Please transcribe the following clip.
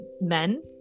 men